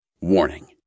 Warning